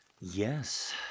yes